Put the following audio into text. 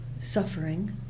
suffering